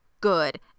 good